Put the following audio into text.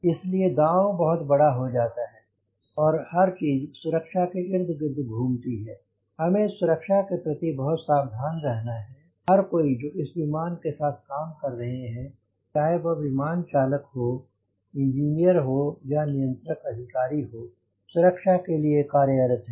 इसलिए दांव बहुत बड़ा हो जाता है और हर चीज सुरक्षा के इर्द गिर्द घूमती है हमें सुरक्षा के प्रति बहुत सावधान रहना है हर कोई जो इस विमान के साथ काम कर रहे हैं चाहे वह विमान चालक हो इंजीनियर हो या नियंत्रक अधिकारी हो सुरक्षा के लिए कार्यरत हैं